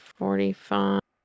forty-five